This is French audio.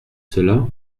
cela